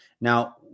Now